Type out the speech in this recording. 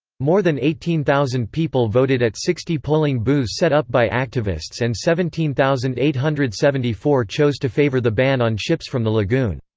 more than eighteen thousand people voted at sixty polling booths set up by activists and seventeen thousand eight hundred and seventy four chose to favor the ban on ships from the lagoon.